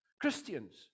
Christians